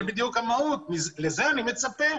זה בדיוק המהות ולזה אני מצפה.